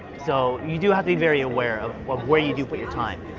so you do have to be very aware of where you do put your time.